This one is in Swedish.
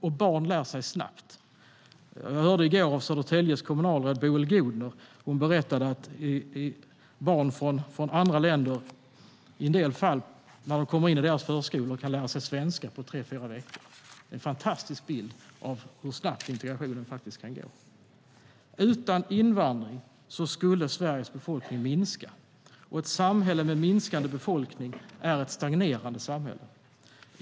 Och barn lär sig snabbt. Utan invandring skulle Sveriges befolkning minska. Och ett samhälle med minskande befolkning är ett stagnerande samhälle.